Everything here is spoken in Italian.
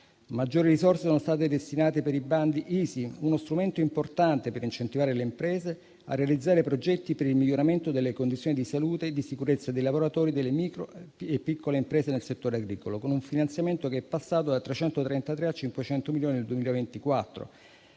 Maggiori risorse sono state destinate per i bandi ISI, uno strumento importante per incentivare le imprese a realizzare progetti per il miglioramento delle condizioni di salute e di sicurezza dei lavoratori delle micro e piccole imprese nel settore agricolo, con un finanziamento che è passato da 333 a 500 milioni nel 2024.